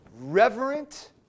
reverent